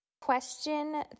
Question